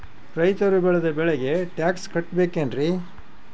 ರೈತರು ಬೆಳೆದ ಬೆಳೆಗೆ ಟ್ಯಾಕ್ಸ್ ಕಟ್ಟಬೇಕೆನ್ರಿ?